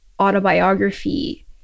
autobiography